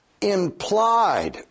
implied